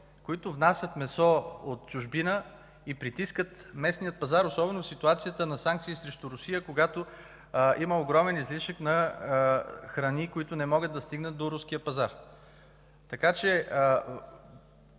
които внасят месо от чужбина и притискат местния пазар, особено в ситуацията на санкции срещу Русия, когато има огромен излишък на храни, които не могат да стигнат до руския пазар.